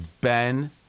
Ben